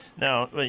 now